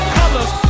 colors